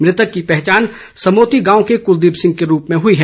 मृतक की पहचान समोती गांव के कुलदीप सिंह के रूप में हुई है